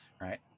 right